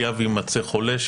היה ויימצא חולה,